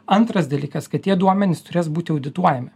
antras dalykas kad tie duomenys turės būti audituojami